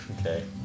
Okay